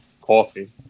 coffee